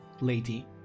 lady